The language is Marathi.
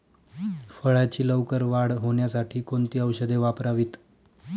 फळाची लवकर वाढ होण्यासाठी कोणती औषधे वापरावीत?